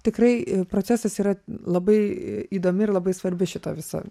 tikrai procesas yra labai įdomi ir labai svarbi šito viso